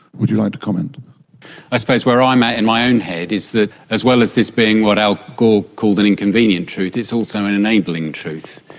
would you like to comment? i suppose where i'm at and my own head is that as well as this being what al gore called an inconvenient truth it's also an enabling truth.